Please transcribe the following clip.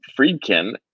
Friedkin